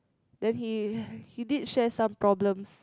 then he he did share some problems